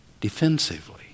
defensively